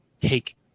take